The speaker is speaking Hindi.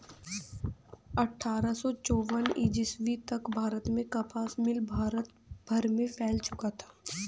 अट्ठारह सौ चौवन ईस्वी तक भारत में कपास मिल भारत भर में फैल चुका था